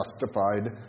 justified